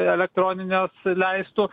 elektroninės leistų